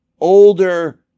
older